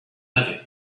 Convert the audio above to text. living